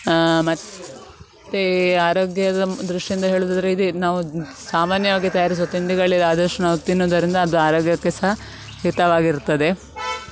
ಮತ್ತು ಆರೋಗ್ಯದ ದೃಷ್ಟಿಯಿಂದ ಹೇಳುವುದಾದ್ರೆ ಇದು ನಾವು ಸಾಮಾನ್ಯವಾಗಿ ತಯಾರಿಸುವ ತಿಂಡಿಗಳಿಗೆ ಆದಷ್ಟು ನಾವು ತಿನ್ನುವುದರಿಂದ ಅದು ಆರೋಗ್ಯಕ್ಕೆ ಸಹ ಹಿತವಾಗಿರುತ್ತದೆ